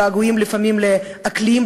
הגעגועים לפעמים לאקלים,